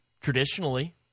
traditionally